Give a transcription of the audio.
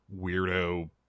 weirdo